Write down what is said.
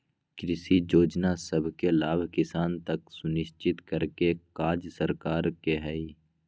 कृषि जोजना सभके लाभ किसान तक सुनिश्चित करेके काज सरकार के हइ